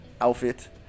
outfit